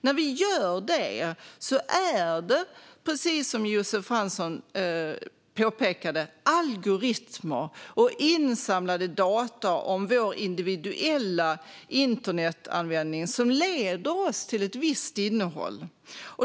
När vi gör det är det, precis som Josef Fransson påpekade, algoritmer och insamlade data om vår individuella internetanvändning som leder oss till ett visst innehåll.